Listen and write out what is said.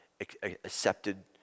accepted